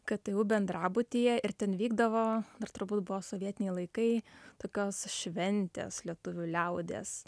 ktu bendrabutyje ir ten vykdavo dar turbūt buvo sovietiniai laikai tokios šventės lietuvių liaudies